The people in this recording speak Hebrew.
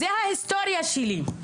זו ההיסטוריה שלי.